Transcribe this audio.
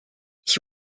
ich